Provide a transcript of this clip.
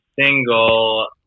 single